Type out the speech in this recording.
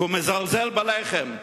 כי הוא מזלזל בלחם.